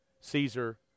caesar